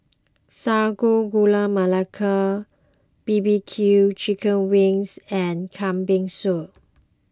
Sago Gula Melaka B B Q Chicken Wings and Kambing Soup